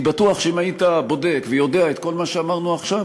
אני בטוח שאם היית בודק ויודע את כל מה שאמרנו עכשיו,